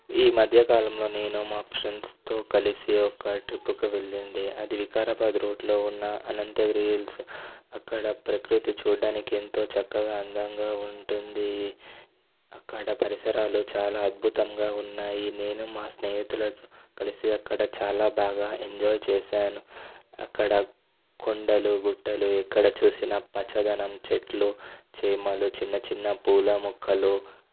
ఈ మధ్యకాలంలో నేను మా ఫ్రెండ్స్తో కలిసి ఒక ట్రిప్పుకి వెళ్ళుండే అది వికారాబాద్ రోడ్లో ఉన్న అనంతగిరి హిల్స్ అక్కడ ప్రకృతి చూడడానికి ఎంతో చక్కగా అందంగా ఉంటుంది అక్కడ పరిసరాలు చాలా అద్భుతంగా ఉన్నాయి నేను మా స్నేహితులతో కలిసి అక్కడ చాలా బాగా ఎంజాయ్ చేసాను అక్కడ కొండలు గుట్టలు ఎక్కడ చూసినా పచ్చదనం చెట్లు చేమలు చిన్నచిన్న పూల మొక్కలు